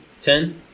Ten